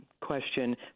question